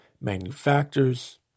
manufacturers